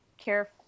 care